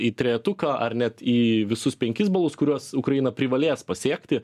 į trejetuką ar net į visus penkis balus kuriuos ukraina privalės pasiekti